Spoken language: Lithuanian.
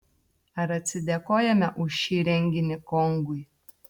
ar atsidėkojame už šį renginį kongui